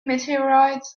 meteorites